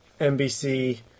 NBC